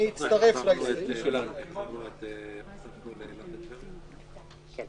אנחנו עוסקים בזה יום יום, אין